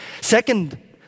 Second